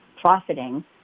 profiting